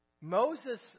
Moses